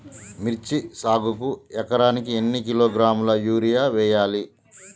మిర్చి సాగుకు ఎకరానికి ఎన్ని కిలోగ్రాముల యూరియా వేయాలి?